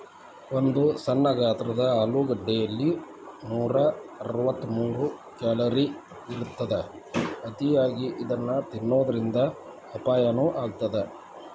ಒಂದು ಸಣ್ಣ ಗಾತ್ರದ ಆಲೂಗಡ್ಡೆಯಲ್ಲಿ ನೂರಅರವತ್ತಮೂರು ಕ್ಯಾಲೋರಿ ಇರತ್ತದ, ಅತಿಯಾಗಿ ಇದನ್ನ ತಿನ್ನೋದರಿಂದ ಅಪಾಯನು ಆಗತ್ತದ